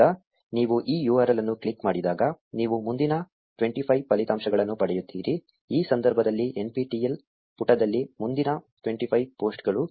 ಈಗ ನೀವು ಈ URL ಅನ್ನು ಕ್ಲಿಕ್ ಮಾಡಿದಾಗ ನೀವು ಮುಂದಿನ 25 ಫಲಿತಾಂಶಗಳನ್ನು ಪಡೆಯುತ್ತೀರಿ ಈ ಸಂದರ್ಭದಲ್ಲಿ NPTEL ಪುಟದಲ್ಲಿ ಮುಂದಿನ 25 ಪೋಸ್ಟ್ಗಳು